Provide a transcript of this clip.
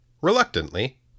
Reluctantly